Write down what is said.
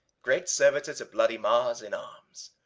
great servitor to bloody mars in arms,